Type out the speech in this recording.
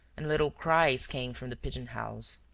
and little cries came from the pigeon-house.